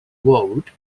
road